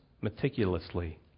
meticulously